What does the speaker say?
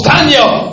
Daniel